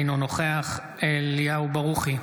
אינו נוכח אליהו ברוכי,